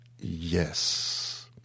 Yes